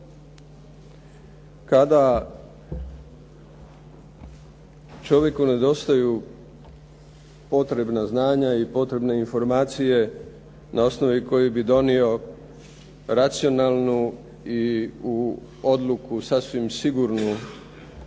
Kada čovjeku nedostaju potrebna znanja i potrebne informacije na osnovi kojih bi donio racionalnu i odluku sasvim sigurnu